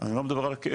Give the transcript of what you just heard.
אני לא מדבר על הכאב,